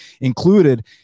Included